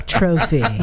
trophy